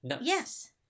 Yes